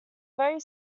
very